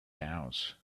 house